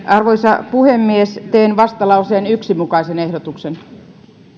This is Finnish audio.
arvoisa puhemies teen vastalauseen yhden mukaisen ehdotuksen